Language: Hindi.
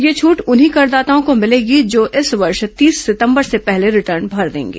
यह छूट उन्हीं करदाताओं को भिलेगी जो इस वर्ष तीस सितम्बर से पहले रिटर्न भर देंगे